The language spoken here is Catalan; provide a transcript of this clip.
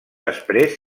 després